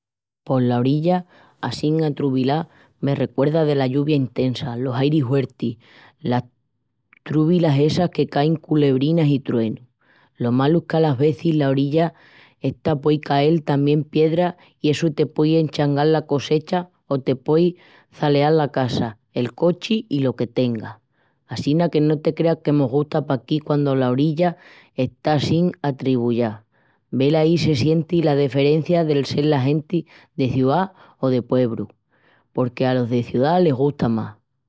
Pos la orilla assín atrubilá me recuerda dela lluvia intesa, los airis huertis, las trúbilas essas que cain culebrinas i truenus. Lo malu es que alas vezis la orilla esta puei cael tamién piera i essu te puei eschangal la cogecha o te puei çaleal la casa, el cochi i lo que tengas. Assina que no te creas que mos gusta paquí quandu la orilla está assín atrubilá. Velaí se sienti la deferencia de sel la genti de ciá o de puebru, porque alos de ciá les gusta más.